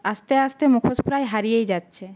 আস্তে আস্তে মুখোশ প্রায় হারিয়েই যাচ্ছে